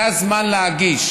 זה הזמן להגיש.